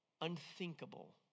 unthinkable